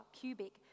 cubic